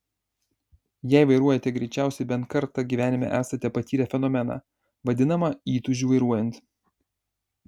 jei vairuojate greičiausiai bent kartą gyvenime esate patyrę fenomeną vadinamą įtūžiu vairuojant